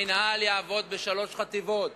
המינהל יעבוד בשלוש חטיבות.